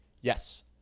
Yes